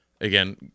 again